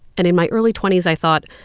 and in my early twenty s i thought,